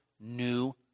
new